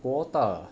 国大